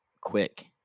quick